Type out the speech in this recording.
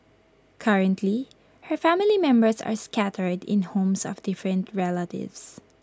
currently her family members are scattered in homes of different relatives